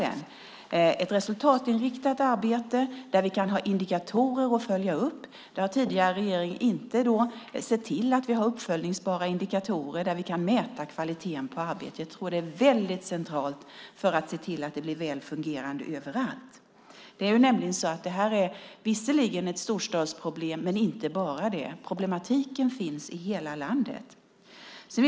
Det handlar om ett resultatinriktat arbete där vi kan ha indikatorer att följa upp. Den tidigare regeringen har inte sett till att vi har uppföljningsbara indikatorer där vi kan mäta kvaliteten på arbetet. Jag tror att det är mycket centralt för att se till att det fungerar väl överallt. Det här är visserligen ett storstadsproblem, men inte bara det. Problematiken finns i hela landet.